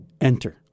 enter